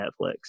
Netflix